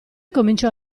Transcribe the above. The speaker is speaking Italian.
cominciò